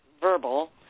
verbal